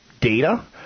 data